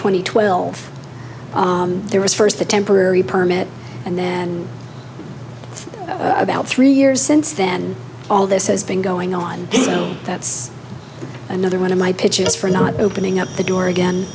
and twelve there was first a temporary permit and then about three years since then all this has been going on that's another one of my pitches for not opening up the door again